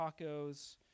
tacos